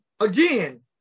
again